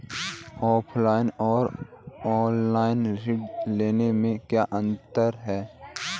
Offline और online ऋण लेने में क्या अंतर है?